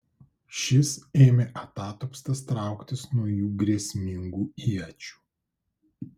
šis ėmė atatupstas trauktis nuo jų grėsmingų iečių